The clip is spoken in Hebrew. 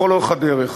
לכל אורך הדרך,